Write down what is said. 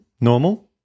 Normal